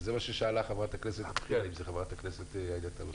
וזה מה ששאלה ח"כ עאידה תומא סלימאן,